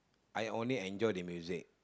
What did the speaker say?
I only enjoy the music